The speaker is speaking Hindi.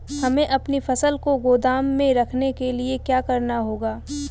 हमें अपनी फसल को गोदाम में रखने के लिये क्या करना होगा?